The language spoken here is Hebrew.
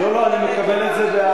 לא, לא, אני מקבל את זה באהבה.